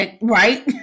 Right